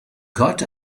got